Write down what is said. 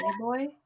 boy